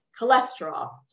cholesterol